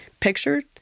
picture